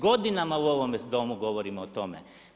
Godinama u ovom Domu govorimo o tome.